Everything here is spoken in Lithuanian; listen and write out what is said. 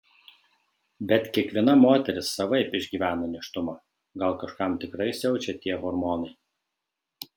bet kiekviena moteris savaip išgyvena nėštumą gal kažkam tikrai siaučia tie hormonai